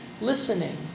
listening